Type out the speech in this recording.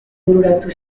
bururatu